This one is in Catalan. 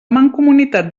mancomunitat